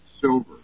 silver